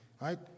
Right